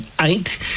eight